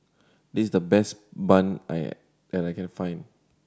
this is the best bun I I can find